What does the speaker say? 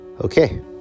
Okay